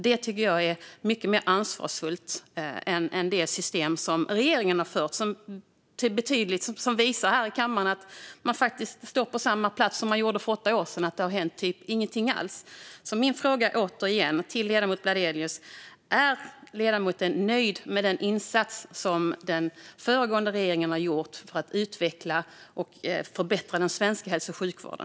Detta tycker jag är mycket mer ansvarsfullt än det system som den föregående regeringen använde sig av. Det visar sig ju här i kammaren att man faktiskt står på samma plats som man stod på för åtta år sedan; det har inte hänt någonting alls. Jag frågar återigen: Är ledamoten Bladelius nöjd med den insats som den föregående regeringen har gjort för att utveckla och förbättra den svenska hälso och sjukvården?